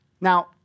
Now